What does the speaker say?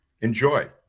enjoy